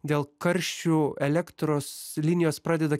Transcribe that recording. dėl karščių elektros linijos pradeda